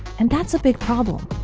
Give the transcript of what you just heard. and that's a big problem.